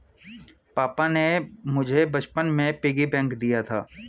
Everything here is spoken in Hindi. पापा ने मुझे बचपन में पिग्गी बैंक दिया था